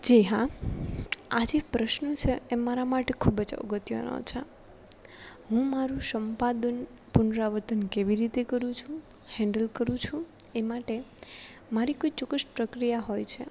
જે હા આજે પ્રશ્ન છે એ મારા માટે ખૂબ જ અગત્યનો છે હું મારું સંપાદન પુનરાવર્તન કેવી રીતે કરું છું હેન્ડલ કરું છું એ માટે મારી કોઈ ચોક્કસ પ્રક્રિયા હોય છે